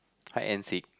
hide and seek